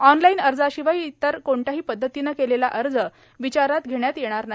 online अर्जाशिवाय इतर कोणत्याही पध्दतीने केलेला अर्ज विचारात घेण्यात येणार नाही